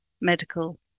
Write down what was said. medical